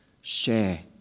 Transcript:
Share